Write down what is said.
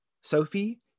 Sophie